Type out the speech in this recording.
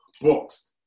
books